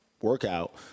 workout